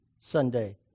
Sunday